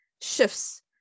shifts